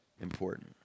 important